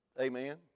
amen